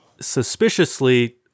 suspiciously